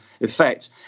effect